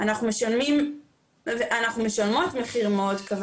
כי אם אנחנו לא נדאג לשילוב ולשימור של נשים בשוק התעסוקה,